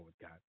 God